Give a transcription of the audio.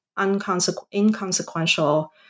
inconsequential